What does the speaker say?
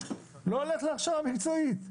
לא הולך להכשרה מקצועית,